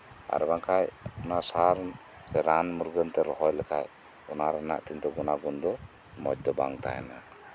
ᱟᱨ ᱵᱟᱝᱠᱷᱟᱱ ᱚᱱᱟ ᱥᱟᱨ ᱨᱟᱱ ᱥᱮ ᱢᱩᱨᱜᱟᱹᱱ ᱛᱮ ᱨᱚᱦᱚᱭ ᱞᱮᱠᱷᱟᱱ ᱚᱱᱟ ᱨᱮᱭᱟᱜ ᱜᱩᱱᱟᱜᱩᱱ ᱫᱚ ᱠᱤᱱᱛᱩ ᱢᱚᱸᱡᱽ ᱫᱚ ᱵᱟᱝ ᱛᱟᱦᱮᱱᱟ